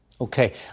Okay